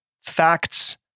facts